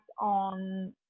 on